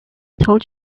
told